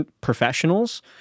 professionals